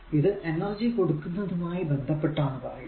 ഇത് എനർജി കൊടുക്കുന്നതുമായി ബന്ധപ്പെട്ടാണ് പറയുക